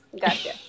Gotcha